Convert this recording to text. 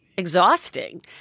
exhausting